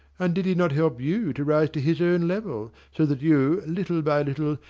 and did he not help you to rise to his own level, so that you, little by little,